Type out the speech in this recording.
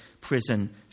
prison